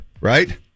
right